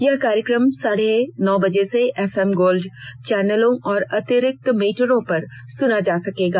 यह कार्यक्रम रात साढे नौ बजे से एफएम गोल्ड चौनल और अतिरिक्त मीटरों पर सुना जा सकेगा